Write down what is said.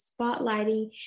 spotlighting